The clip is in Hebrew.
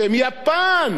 יפן,